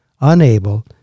unable